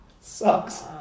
Sucks